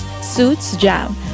suitsjam